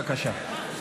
בבקשה.